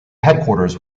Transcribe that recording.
headquarters